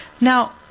Now